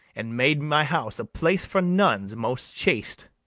and made my house a place for nuns most chaste.